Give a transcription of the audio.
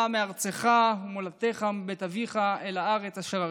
מארצך וממולדתך ומבית אביך אל הארץ אשר אראך".